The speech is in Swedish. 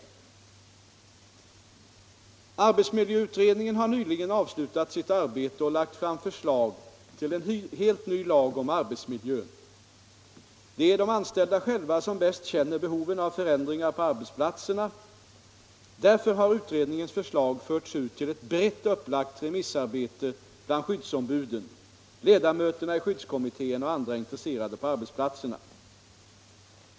Om bättre arbetsmiljö Om bättre arbetsmiljö Arbetsmiljöutredningen har nyligen avslutat sitt arbete och lagt fram förslag till en helt ny lag om arbetsmiljön. Det är de anställda själva som bäst känner behoven av förändringar på arbetsplatserna. Därför har utredningens förslag förts ut till ett brett upplagt remissarbete bland skyddsombuden, ledamöterna i skyddskommittéerna och andra intresserade på arbetsplatserna.